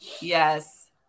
Yes